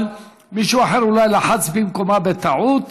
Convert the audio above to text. אבל אולי מישהו אחר לחץ במקומה בטעות.